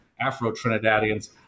Afro-Trinidadians